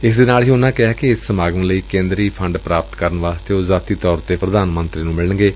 ਇਸਦੇ ਨਾਲ ਹੀ ਉਨਾਂ ਕਿਹਾ ਕਿ ਉਹ ਇਸ ਸਮਾਗਮ ਲਈ ਕੇ ਂਦਰੀ ਫੰਡ ਪ੍ਾਪਤ ਕਰਨ ਲਈ ਨਿੱਜੀ ਤੌਰ ਤੇ ਪ੍ਧਾਨ ਮੰਤਰੀ ਨੂੰ ਮਿਲਣਗੇ